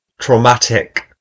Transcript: traumatic